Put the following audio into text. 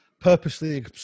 purposely